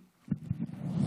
מברוכ,